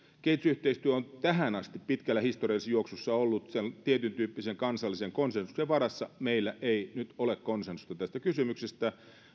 kehitysyhteistyö on tähän asti pitkässä historiallisessa juoksussa ollut sen tietyn tyyppisen kansallisen konsensuksen varassa meillä ei nyt ole konsensusta tästä kysymyksestä